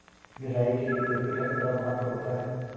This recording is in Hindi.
निराई के लिए खुरपी का कितना महत्व होता है?